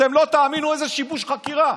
אתם לא תאמינו איזה שיבוש חקירה